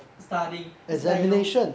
studying it's like you